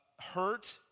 hurt